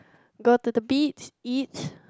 got to the beat it